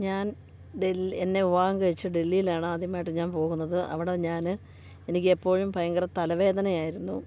ഞാൻ ഡെൽഹി എന്നെ വിവാഹം കഴിച്ച് ഡെല്ലിയിലാണ് ആദ്യമായിട്ട് ഞാൻ പോകുന്നത് അവിടെ ഞാൻ എനിക്കെപ്പോഴും ഭയങ്കര തലവേദനയായിരുന്നു